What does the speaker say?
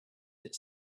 its